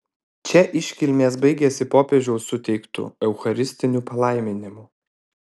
čia iškilmės baigėsi popiežiaus suteiktu eucharistiniu palaiminimu